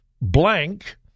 blank